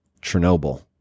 Chernobyl